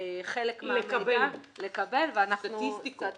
לקבל חלק מהמידע -- סטטיסטיקות.